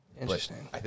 Interesting